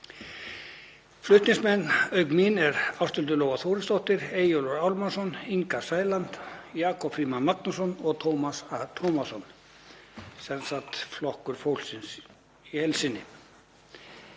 Flutningsmenn auk mín eru Ásthildur Lóa Þórisdóttir, Eyjólfur Ármannsson, Inga Sæland, Jakob Frímann Magnússon og Tómas A. Tómasson, sem sagt Flokkur fólksins í heild sinni.